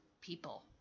people